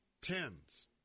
tens